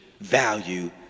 value